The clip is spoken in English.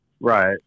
right